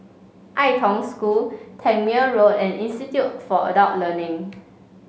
Ai Tong School Tangmere Road and Institute for Adult Learning